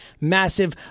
massive